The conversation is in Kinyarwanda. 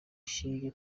ishingiye